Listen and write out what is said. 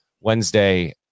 Wednesday